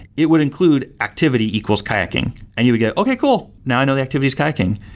it would include activity equals kayaking. and you would go, okay, cool. now i know the activity is kayaking.